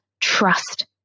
trust